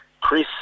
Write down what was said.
Chris